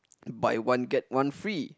buy one get one free